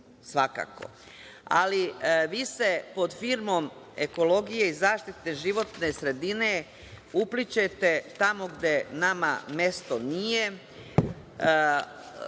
svakako. Ali, vi se pod firmom ekologije i zaštite životne sredine uplićete tamo gde nama mesto nije,